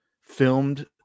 filmed